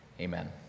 Amen